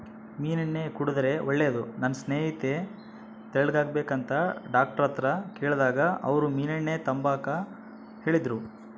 ಮೀನೆಣ್ಣೆ ಕುಡುದ್ರೆ ಒಳ್ಳೇದು, ನನ್ ಸ್ನೇಹಿತೆ ತೆಳ್ಳುಗಾಗ್ಬೇಕಂತ ಡಾಕ್ಟರ್ತಾಕ ಕೇಳ್ದಾಗ ಅವ್ರು ಮೀನೆಣ್ಣೆ ತಾಂಬಾಕ ಹೇಳಿದ್ರು